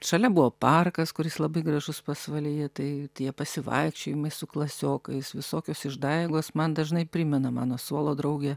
šalia buvo parkas kuris labai gražus pasvalyje tai tie pasivaikščiojimai su klasiokais visokios išdaigos man dažnai primena mano suolo draugė